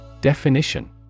Definition